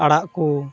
ᱟᱲᱟᱜ ᱠᱚ